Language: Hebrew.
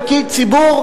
פקיד ציבור,